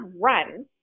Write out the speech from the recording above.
run